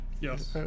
Yes